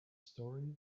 story